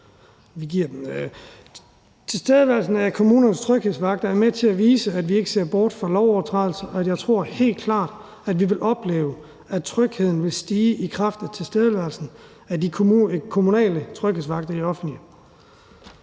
Tilstedeværelsen af kommunernes tryghedsvagter er med til at vise, at vi ikke vender blikket bort fra lovovertrædelser, og jeg tror helt klart, at vi vil opleve, at trygheden vil stige i kraft af tilstedeværelsen af de kommunale tryghedsvagter i det offentlige